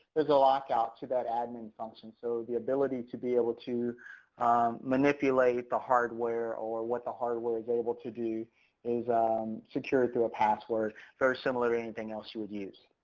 there's a lockout to that admin function. so the ability to be able to manipulate the hardware or what the hardware is able to do is um secure through a password, very similar to anything else you would use.